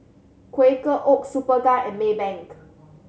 Quaker Oats Superga and Maybank